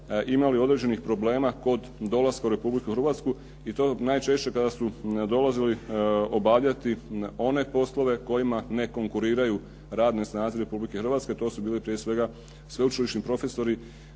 imali određenih problema kod dolaska u Republiku Hrvatsku i to najčešće kada su dolazili obavljati one poslove kojima ne konkuriraju radne snage Republike Hrvatske a to su bili prije svega sveučilišni profesori,